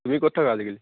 তুমি ক'ত থাকা আজিকালি